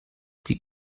die